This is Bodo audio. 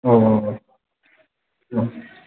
औ औ औ औ